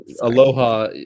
Aloha